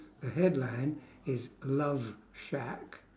the headline is love shack